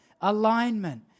alignment